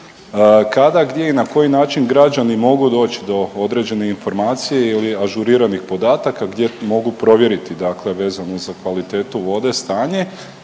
kada, gdje i na koji način građani mogu doći do određene informacije ili ažuriranih podataka gdje mogu provjeriti dakle vezano za kvalitetu vode stanje.